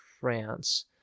France